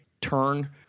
turn